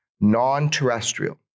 non-terrestrial